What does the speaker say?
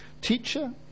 Teacher